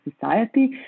society